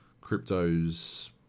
crypto's